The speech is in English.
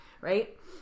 right